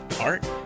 art